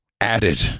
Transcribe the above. added